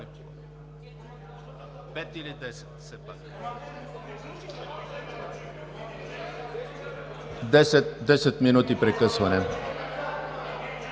минути прекъсване.